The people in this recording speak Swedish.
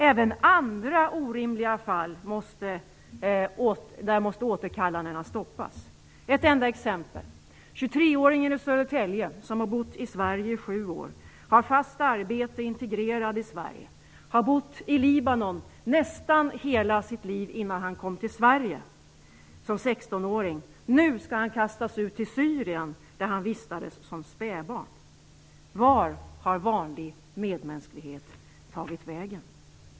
Även i andra orimliga fall måste återkallandena stoppas. Ett exempel är den 23-åring i Södertälje som har bott i Sverige i sju år. Han har fast arbete och han är integrerad i Sverige. Han har bott i Libanon i nästan hela sitt liv innan han som 16-åring kom till Sverige. Nu skall han kastas ut till Syrien, där han vistades som spädbarn. Var har vanlig medmänsklighet tagit vägen?